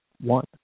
One